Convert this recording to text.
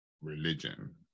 religion